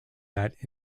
that